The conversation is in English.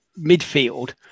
midfield